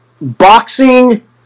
Boxing